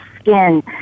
skin